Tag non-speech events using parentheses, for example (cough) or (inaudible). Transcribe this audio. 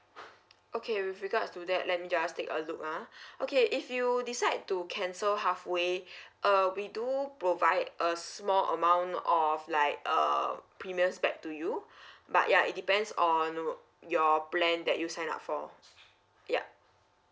okay with regards to that let me just take a look ah (breath) okay if you decide to cancel halfway (breath) uh we do provide a small amount of like err premiums back to you (breath) but ya it depends on w~ your plan that you sign up for yup